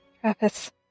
Travis